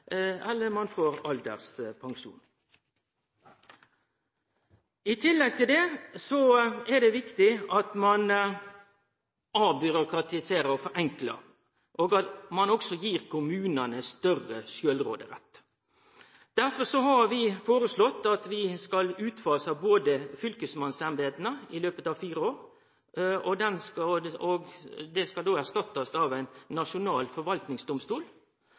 får alderspensjon. I tillegg er det viktig at ein avbyråkratiserer og forenklar, og at ein også gir kommunane større sjølvråderett. Derfor har vi foreslått at vi skal utfase fylkesmannsembeta i løpet av fire år. Dei skal erstattast av ein nasjonal forvaltningsdomstol.